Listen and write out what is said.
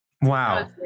Wow